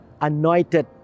anointed